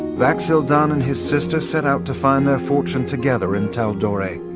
vax'ildan and his sister set out to find their fortune together in tal'dorei.